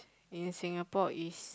in Singapore is